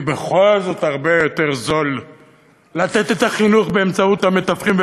כי בכל זאת הרבה יותר זול לתת את החינוך באמצעות המתווכים.